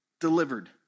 delivered